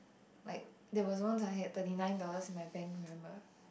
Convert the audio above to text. like there was once I had thirty nine dollars in my bank remember